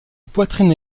poitrine